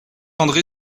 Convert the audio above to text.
andré